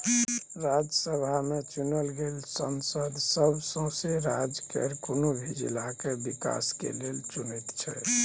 राज्यसभा में चुनल गेल सांसद सब सौसें राज्य केर कुनु भी जिला के विकास के लेल चुनैत छै